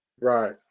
Right